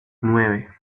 nueve